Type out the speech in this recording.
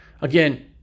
Again